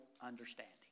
understanding